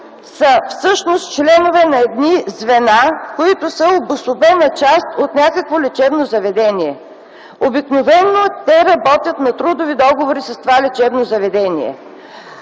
са всъщност членове на едни звена, които са обособена част от някакво лечебно заведение. Обикновено те работят на трудови договори с това лечебно заведение.